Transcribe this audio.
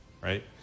right